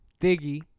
Diggy